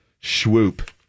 swoop